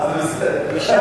בסדר.